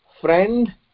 friend